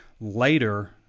later